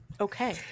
Okay